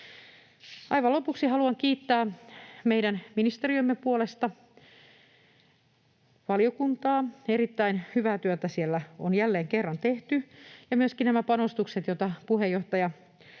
Aivan lopuksi haluan kiittää valiokuntaa meidän ministeriömme puolesta. Erittäin hyvää työtä siellä on jälleen kerran tehty, ja myöskin nämä panostukset, joita puheenjohtaja